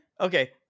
Okay